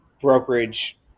brokerage